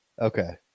Okay